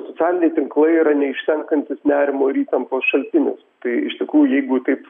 socialiniai tinklai yra neišsenkantis nerimo ir įtampos šaltinis tai iš tikrųjų jeigu taip